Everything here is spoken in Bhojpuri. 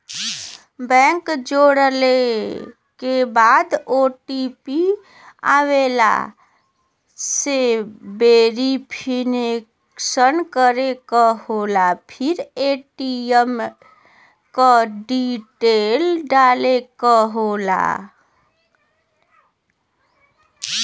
बैंक जोड़ले के बाद ओ.टी.पी आवेला से वेरिफिकेशन करे क होला फिर ए.टी.एम क डिटेल डाले क होला